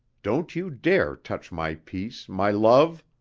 don't you dare touch my peace, my love!